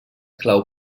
clau